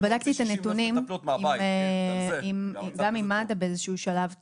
אני בדקתי את הנתונים גם עם מד"א באיזה שהוא שלב.